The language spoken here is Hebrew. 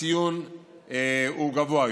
הציון גבוה יותר.